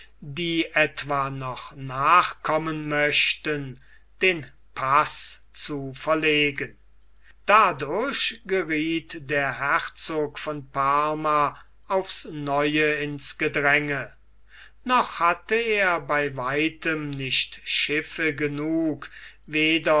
die etwa noch nachkommen möchten den paß zu verlegen meteren strada dadurch gerieth der herzog von parma aufs neue ins gedränge noch hatte er bei weitem nicht schiffe genug